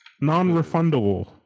Non-refundable